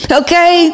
okay